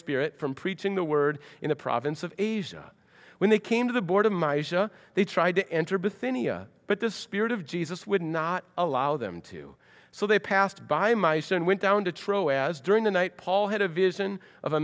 spirit from preaching the word in the province of asia when they came to the boredom iesha they tried to enter bethenny but the spirit of jesus would not allow them to so they passed by my son went down to true as during the night paul had a vision of a